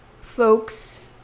folks